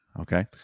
Okay